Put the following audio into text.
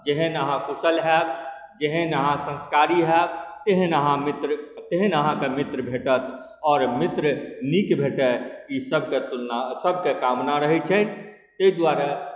जेहन अहाँ कुशल हैब जेहन अहाँ संस्कारी हैब तेहन अहाँ मित्र तेहन अहाँके मित्र भेटत आओर मित्र नीक भेटै ई सबके तुलना सबके कामना रहै छै ताहि दुआरे